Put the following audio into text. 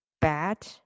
bad